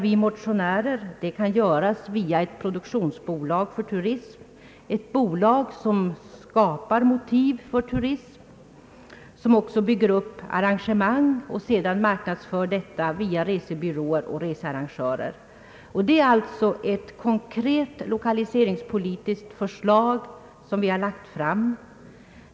Vi motionärer anser att det kan göras via ett produktionsbolag för turism, ett bolag som skapar motiv för turism men också bygger upp arrangemang och marknadsför dessa via resebyråer och researrangörer. Det är således ett konkret lokaliseringspolitiskt förslag som vi har lagt fram.